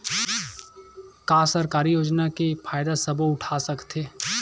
का सरकारी योजना के फ़ायदा सबो उठा सकथे?